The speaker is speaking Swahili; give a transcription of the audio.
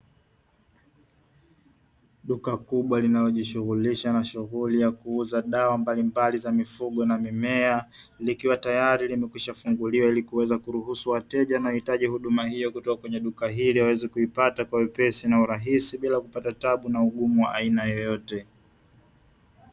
Duka kubwa linalojishughulisha na shuhuli ya kuuza dawa mbalimbali za mifugo na mimea, likiwa tayari limekwisha funguliwa ili kuweza kuruhusu wateja wanaohitaji huduma hiyo kutoka kwenye duka hilo, ili waweze kuipata kwa wepesi na urahisi bila kupata tabu na ugumu wa aina yoyote.